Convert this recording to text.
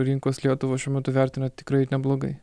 rinkos lietuvą šiuo metu vertina tikrai neblogai